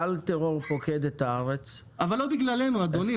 גל טרור פוקד את הארץ --- אבל לא בגללנו אדוני,